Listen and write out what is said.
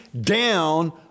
down